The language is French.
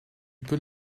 peux